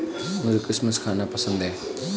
मुझें किशमिश खाना पसंद है